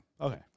Okay